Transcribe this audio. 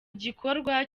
gikorwa